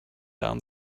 down